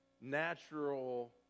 natural